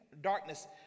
darkness